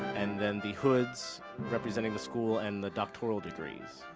and then the hoods representing the school and the doctoral degrees.